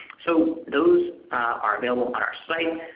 so those are available on our site.